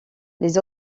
les